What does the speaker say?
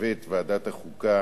שמלווה את ועדת החוקה